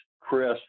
Chris